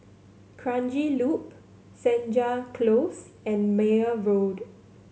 Kranji Loop Senja Close and Meyer Road